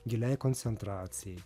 giliai koncentracijai